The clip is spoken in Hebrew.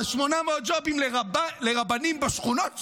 אבל 800 ג'ובים לרבנים בשכונות שלנו,